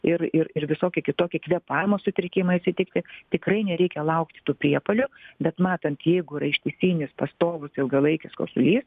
ir ir ir visokie kitokie kvėpavimo sutrikimai atsitikti tikrai nereikia laukti tų priepuolių bet matant jeigu yra ištisinis pastovus ilgalaikis kosulys